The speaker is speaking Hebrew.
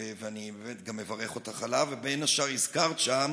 ואני באמת גם מברך אותך עליו, ובין השאר הזכרת שם